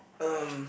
um